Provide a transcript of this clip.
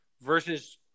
versus